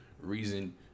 reason